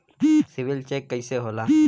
CIBIL check कइसे होला?